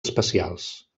especials